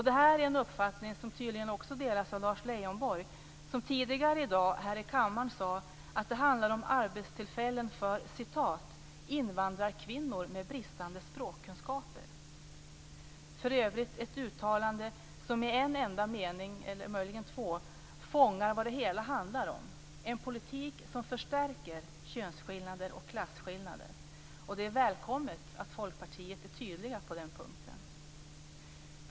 Detta är en uppfattning som tydligen också delas av Lars Leijonborg, som tidigare i dag här i kammaren sade att det handlar om arbetstillfällen för "invandrarkvinnor med bristande språkkunskaper". Detta är för övrigt ett uttalande som i en enda meningen - eller möjligen två - fångar vad det hela handlar om: en politik som förstärker könsskillnader och klasskillnader. Och det är välkommet att Folkpartiet är tydligt på den punkten.